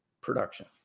production